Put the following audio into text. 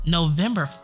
November